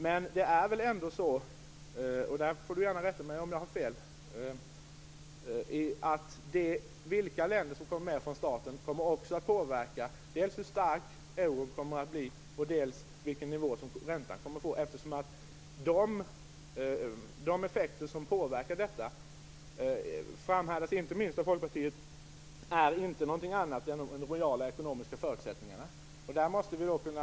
Men vilka länder som kommer med från starten kommer att påverka dels hur stark euron blir, dels vilken nivå räntan får. Bo Könberg får gärna rätta mig om jag har fel. Inte minst Folkpartiet hävdar att det är de reala ekonomiska förutsättningarna som påverkar de två saker jag nämnde.